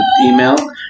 email